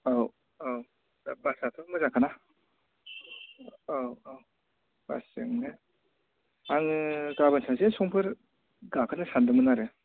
औ औ दा बासाथ' मोजांखाना औ औ बासजोंनो आङो गाबोन सानसे समफोर गाखोनो सानदोंमोन आरो